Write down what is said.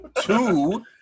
two